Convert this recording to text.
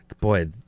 Boy